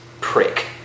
Prick